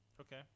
Okay